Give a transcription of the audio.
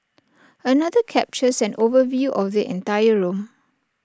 another captures an overview of the entire room